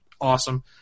awesome